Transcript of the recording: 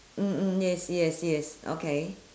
mm mm yes yes yes okay